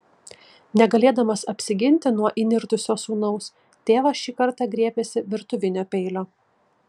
negalėdamas apsiginti nuo įnirtusio sūnaus tėvas šį kartą griebėsi virtuvinio peilio